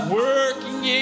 working